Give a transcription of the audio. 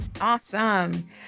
Awesome